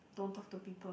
don't talk to people